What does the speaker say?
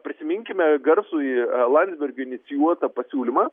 prisiminkime garsųjį landsbergio inicijuotą pasiūlymą